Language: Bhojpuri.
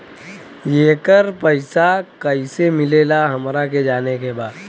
येकर पैसा कैसे मिलेला हमरा के जाने के बा?